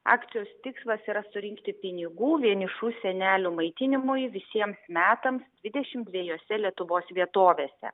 akcijos tikslas yra surinkti pinigų vienišų senelių maitinimui visiems metams dvidešim dviejose lietuvos vietovėse